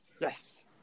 yes